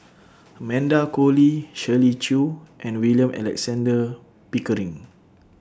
Amanda Koe Lee Shirley Chew and William Alexander Pickering